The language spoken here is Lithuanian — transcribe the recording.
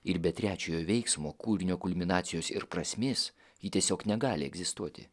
ir be trečiojo veiksmo kūrinio kulminacijos ir prasmės ji tiesiog negali egzistuoti